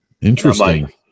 Interesting